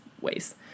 ways